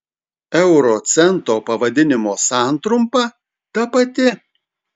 euro cento pavadinimo santrumpa ta pati